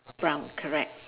brown correct